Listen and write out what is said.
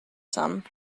some